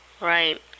Right